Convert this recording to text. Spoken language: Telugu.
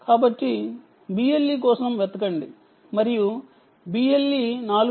కాబట్టి BLE మరియు BLE 4